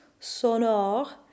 sonore